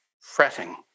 fretting